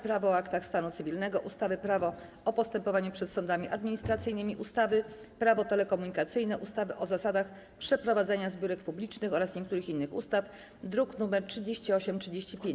Prawo o aktach stanu cywilnego, ustawy Prawo o postępowaniu przed sądami administracyjnymi, ustawy Prawo telekomunikacyjne, ustawy o zasadach przeprowadzania zbiórek publicznych oraz niektórych innych ustaw, druk nr 3835.